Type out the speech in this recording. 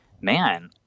man